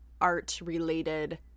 art-related